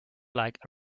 like